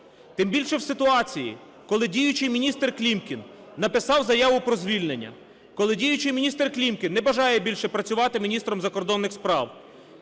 тим більше в ситуації, коли діючий міністр Клімкін написав заяву про звільнення, коли діючий міністр Клімкін не бажає більше працювати міністром закордонних справ.